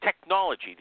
Technology